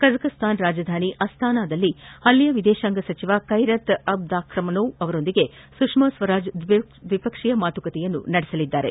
Kazakhstan ರಾಜಧಾನಿ ಅಸ್ತಾನದಲ್ಲಿ ಅಲ್ಲಿನ ವಿದೇಶಾಂಗ ಸಚಿವ ಕೈರತ್ ಅಬ್ದ್ರಾಖಮನೋವ್ ಅವರೊಂದಿಗೆ ಸುಷ್ಮಾ ಸ್ವರಾಜ್ ದ್ವಿಪಕ್ಷೀಯ ಮಾತುಕತೆ ನಡೆಸಲಿದ್ದಾರೆ